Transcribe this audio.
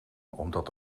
omdat